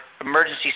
emergency